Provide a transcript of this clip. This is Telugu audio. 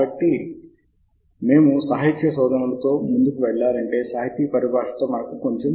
కాబట్టి మీరు చేస్తున్న సాహిత్య అధ్యయనం లో సమయ వ్యవధిపై శ్రద్ధ పెట్టడం చాలా ముఖ్యం